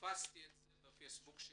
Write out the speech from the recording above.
הפצתי את זה בדף הפייסבוק שלי.